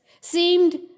seemed